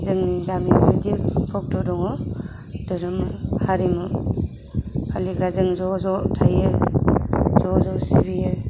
जोंनि गामिआव बिदि भक्त दङ धोरोम हारिमु फालिग्रा जों ज'ज' थायो ज'ज' सिबियो